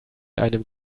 einem